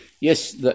Yes